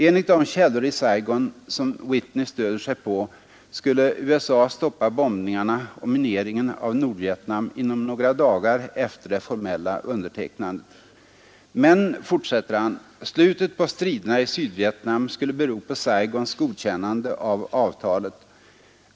Enligt de källor i Saigon som Whitney stöder sig på skulle USA stoppa bombningarna och mineringen av Nordvietnam inom några dagar efter det formella undertecknandet. ”Men”, fortsätter han, ”slutet på striderna i Sydvietnam skulle bero på Saigons godkännande av avtalet.